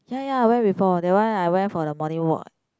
ya ya I went before that one I went for the morning walk